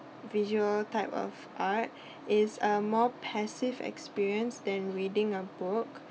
visual type of art is a more passive experience than reading a book